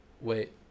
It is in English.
wait